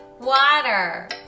water